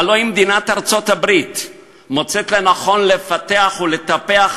הלוא אם מדינת ארצות-הברית מוצאת לנכון לפתח ולטפח מפעל,